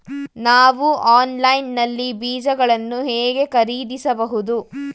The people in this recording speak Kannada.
ನಾವು ಆನ್ಲೈನ್ ನಲ್ಲಿ ಬೀಜಗಳನ್ನು ಹೇಗೆ ಖರೀದಿಸಬಹುದು?